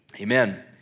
Amen